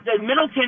Middleton